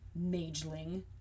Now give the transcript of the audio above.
mageling